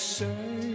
say